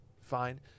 fine